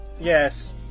Yes